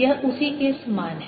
यह उसी के समान है